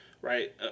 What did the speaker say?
Right